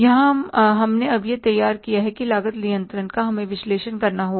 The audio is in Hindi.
यहां हमने अब यह तैयार किया है लागत नियंत्रण का हमें विश्लेषण करना होगा